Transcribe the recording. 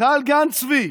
טל גן צבי,